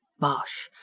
bosh!